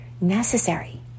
necessary